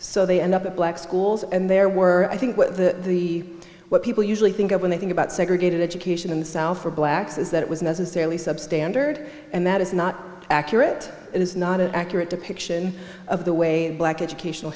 so they end up at black schools and there were i think what the the what people usually think of when they think about segregated education in the south for blacks is that it was necessarily substandard and that is not accurate it is not an accurate depiction of the way black educational